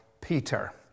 Peter